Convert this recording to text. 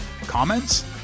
Comments